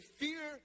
fear